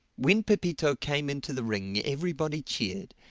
when pepito came into the ring everybody cheered,